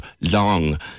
long